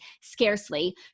scarcely